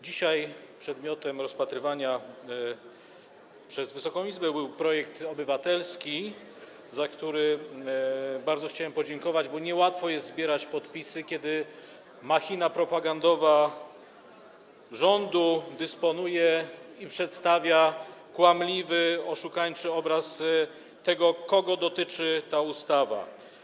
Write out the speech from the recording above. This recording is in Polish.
Dzisiaj przedmiotem obrad był, rozpatrywany był przez Wysoką Izbę projekt obywatelski, za który bardzo chciałem podziękować, bo niełatwo jest zbierać podpisy, kiedy machina propagandowa rządu przedstawia kłamliwy, oszukańczy obraz tego, kogo dotyczy ta ustawa.